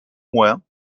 moins